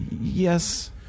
Yes